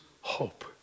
hope